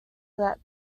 that